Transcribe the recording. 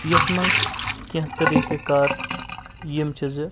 تہٕ یَتھ منٛز کیٚنٛہہ طریٖقہ کار یِم چھِ زِ